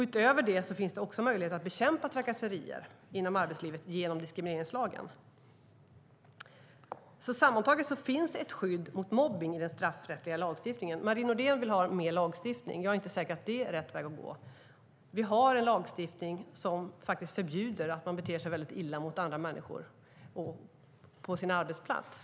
Utöver det finns det möjlighet att bekämpa trakasserier inom arbetslivet genom diskrimineringslagen. Sammantaget finns det alltså ett skydd mot mobbning i den straffrättsliga lagstiftningen. Marie Nordén vill ha mer lagstiftning. Jag är inte säker på att det är rätt väg att gå. Vi har en lagstiftning som faktiskt förbjuder att man beter sig mycket illa mot andra människor på sin arbetsplats.